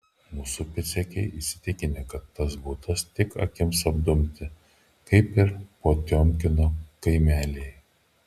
mūsų pėdsekiai įsitikinę kad tas butas tik akims apdumti kaip ir potiomkino kaimeliai